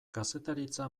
kazetaritza